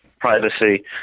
privacy